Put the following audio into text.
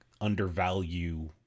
undervalue